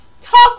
Talk